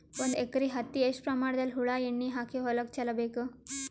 ಒಂದು ಎಕರೆ ಹತ್ತಿ ಎಷ್ಟು ಪ್ರಮಾಣದಲ್ಲಿ ಹುಳ ಎಣ್ಣೆ ಹಾಕಿ ಹೊಲಕ್ಕೆ ಚಲಬೇಕು?